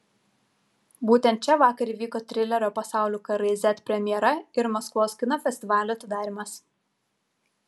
būtent čia vakar įvyko trilerio pasaulių karai z premjera ir maskvos kino festivalio atidarymas